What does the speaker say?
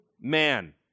man